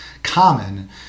common